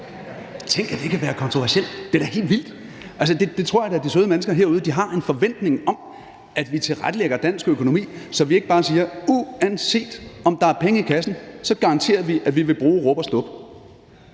Tænk, at det kan være kontroversielt; det er da helt vildt. Altså, det tror jeg da de søde mennesker herude har en forventning om – at vi tilrettelægger dansk økonomi, så vi ikke bare siger, at uanset om der er penge i kassen, garanterer vi, at vi vil bruge rub og stub.